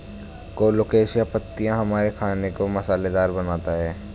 colocasia पत्तियां हमारे खाने को मसालेदार बनाता है